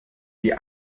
die